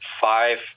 five